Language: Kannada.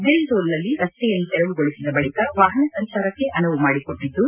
ದಿಗ್ಡೋಲ್ನಲ್ಲಿ ರಸ್ತೆಯನ್ನು ತೆರವುಗೊಳಿಸಿದ ಬಳಿಕ ವಾಹನ ಸಂಚಾರಕ್ಕೆ ಅನುವು ಮಾಡಿಕೊಟ್ಟದ್ದು